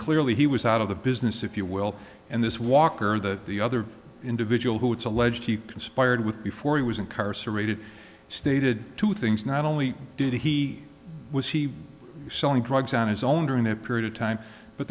clearly he was out of the business if you will and this walker that the other individual who it's alleged he conspired with before he was incarcerated stated two things not only did he was he selling drugs on his own during that period of time but